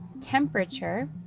temperature